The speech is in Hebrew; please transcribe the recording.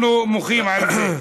אנחנו מוחים על זה.